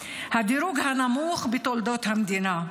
הדירוג הנמוך בתולדות המדינה.